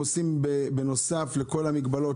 בנוסף לכל המגבלות,